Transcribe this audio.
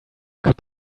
could